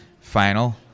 final